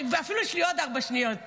ואפילו יש לי עוד ארבע שניות.